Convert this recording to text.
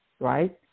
right